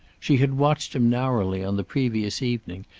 she had watched him narrowly on the previous evening,